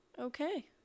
Okay